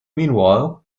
meanwhile